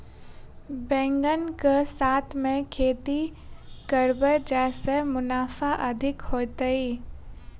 बैंगन कऽ साथ केँ खेती करब जयसँ मुनाफा अधिक हेतइ?